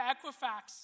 Equifax